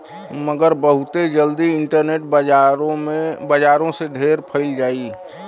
मगर बहुते जल्दी इन्टरनेट बजारो से ढेर फैल जाई